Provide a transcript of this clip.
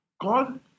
god